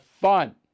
fun